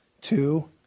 Two